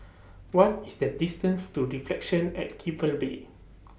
What IS The distance to Reflections At Keppel Bay